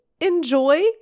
Enjoy